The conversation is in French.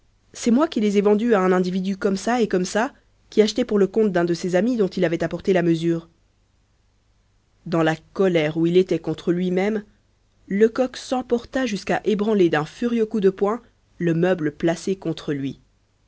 c'est moi qui les ai vendues à un individu comme ça et comme ça qui achetait pour le compte d'un de ses amis dont il avait apporté la mesure dans la colère où il était contre lui-même lecoq s'emporta jusqu'à ébranler d'un furieux coup de poing le meuble placé contre lui